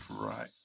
right